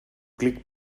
clic